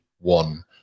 one